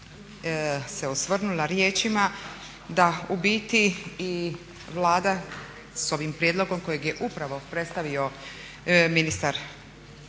se osvrnula riječima da u biti i Vlada s ovim prijedlogom kojeg je upravo predstavio ministar Arsen